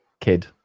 kid